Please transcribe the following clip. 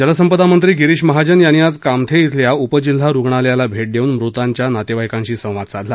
जलसंपदा मंत्री गिरीश महाजन यांनी आज कामथे इथल्या उपजिल्हा रुग्णालयाला भेट देऊन मृतांच्या नातेवाईकांशी संवाद साधला